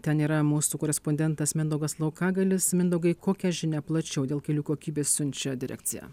ten yra mūsų korespondentas mindaugas laukagalis mindaugai kokią žinią plačiau dėl kelių kokybės siunčia direkcija